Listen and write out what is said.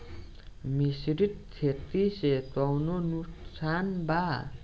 मिश्रित खेती से कौनो नुकसान बा?